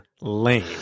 lane